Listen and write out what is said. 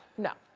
no.